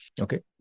Okay